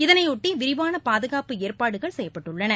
இதனையொட்டி விரிவான பாதுகாப்பு ஏற்பாடுகள் செய்யப்பட்டுள்ளன